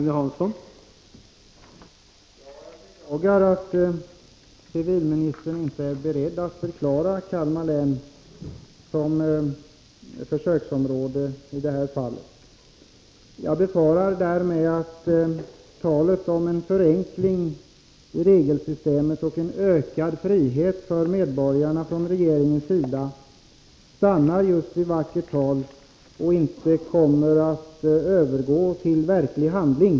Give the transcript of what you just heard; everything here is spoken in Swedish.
Herr talman! Jag beklagar att civilministern i det här fallet inte är beredd att förklara Kalmar län som försöksområde. Jag befarar därför att det stannar vid vackert tal från regeringens sida om en förenkling i regelsystemet och en ökad frihet för medborgarna och att talet inte övergår i handling.